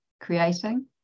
creating